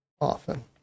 often